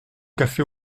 café